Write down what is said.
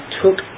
took